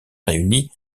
réunie